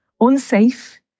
unsafe